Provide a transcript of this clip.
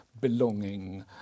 belonging